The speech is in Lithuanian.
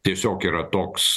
tiesiog yra toks